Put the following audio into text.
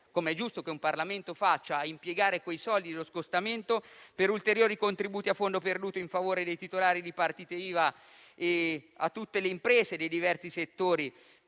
come è giusto che un Parlamento faccia, a impiegare le risorse dello scostamento per ulteriori contributi a fondo perduto in favore dei titolari di partita IVA e di tutte le imprese dei diversi settori